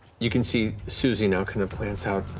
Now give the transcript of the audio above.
you can see suzie now kind of glance out.